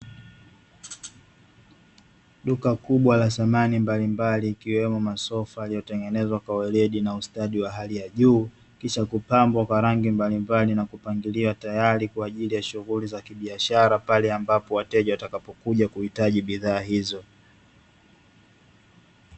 Duka kubwa la samani mbalimbali, ikiwemo masofa yaliyotengenezwa kwa weledi wa hali ya juu, kisha kupambwa kwa rangi mbalimbali kwa ajili ya shughuli za kibiashara, pale ambapo wateja watakapokuja kuhitaji bidhaa hizo.